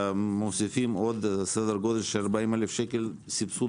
ומוסיפים עוד סדר-גודל של 40 אלף שקל סבסוד